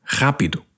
rápido